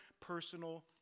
personal